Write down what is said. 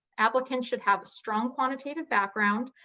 applicant should have a strong quantitative background,